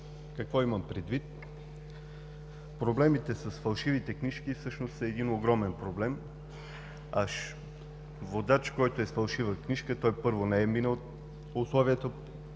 Какво имам предвид? Проблемите с фалшивите книжки всъщност е един огромен проблем, а водач, който е с фалшива книжка, той първо не е минал условията,